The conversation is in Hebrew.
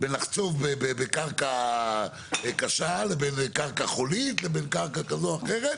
בין לחצוב בקרקע קשה לבין קרקע חולית או קרקע כזו או אחרת.